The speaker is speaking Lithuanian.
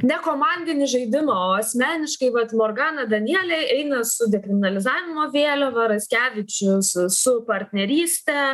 nekomandinį žaidimą o asmeniškai vat morgana danielė eina su dekriminalizavimo vėliava raskevičius su partneryste